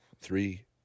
Three